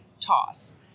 toss